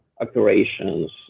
operations